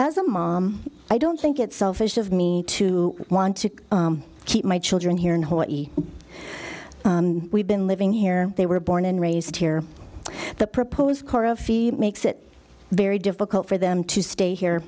as a mom i don't think it's selfish of me to want to keep my children here in hawaii we've been living here they were born and raised here the proposed makes it very difficult for them to stay here